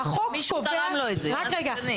מישהו תרם לו את זה, מה זה משנה?